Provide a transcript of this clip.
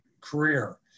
career